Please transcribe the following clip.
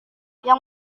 yang